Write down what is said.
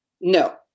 no